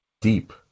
Deep